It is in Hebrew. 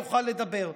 יוכל לדבר.